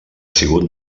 sigut